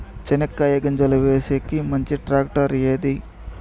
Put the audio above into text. చెనక్కాయ గింజలు వేసేకి మంచి టాక్టర్ ఏది?